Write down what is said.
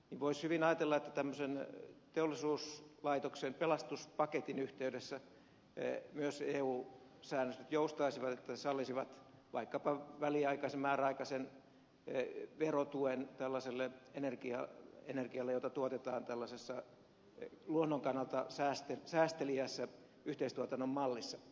voisi hyvin ajatella että tämmöisen teollisuuslaitoksen pelastuspaketin yhteydessä myös eu säännöstöt joustaisivat että ne sallisivat vaikkapa väliaikaisen määräaikaisen verotuen tällaiselle energialle jota tuotetaan luonnon kannalta säästeliäässä yhteistuotannon mallissa